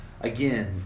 again